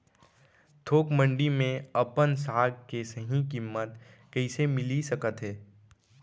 थोक मंडी में अपन साग के सही किम्मत कइसे मिलिस सकत हे?